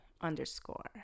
underscore